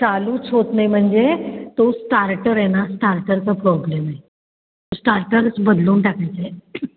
चालूच होत नाही म्हणजे तो स्टार्टर आहे ना स्टार्टरचा प्रॉब्लेम आहे स्टार्टरच बदलून टाकायचं आहे